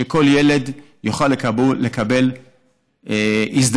שכל ילד יוכל לקבל הזדמנות.